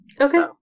okay